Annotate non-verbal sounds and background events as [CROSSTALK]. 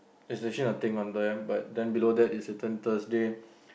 there's actually nothing on there but then below that is written Thursday [BREATH]